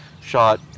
shot